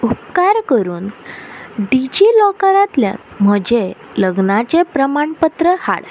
उपकार करून डिजिलॉकरांतल्या म्हजें लग्नाचें प्रमाणपत्र हाड